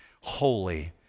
holy